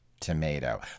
tomato